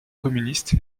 communiste